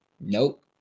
Nope